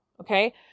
Okay